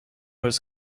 was